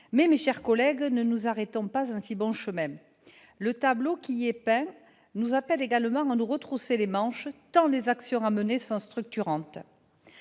Mais, mes chers collègues, ne nous arrêtons pas en si bon chemin. Le tableau qui y est peint nous appelle également à nous retrousser les manches, tant les actions à mener sont structurantes.